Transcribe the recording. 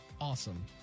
awesome